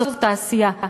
זאת תעשייה.